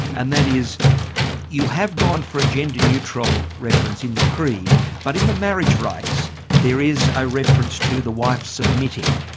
and that is you have gone for a gender-neutral reference in the creed but in the marriage rights there is a reference to the wife submitting,